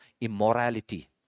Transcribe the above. immorality